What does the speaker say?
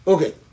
Okay